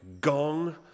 gong